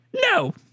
No